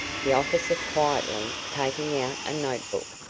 the officer, quietly, taking out a note-book.